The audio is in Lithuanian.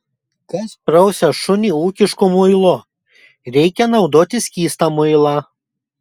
kas prausia šunį ūkišku muilu reikia naudoti skystą muilą